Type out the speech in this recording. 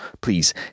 please